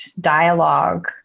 dialogue